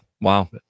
wow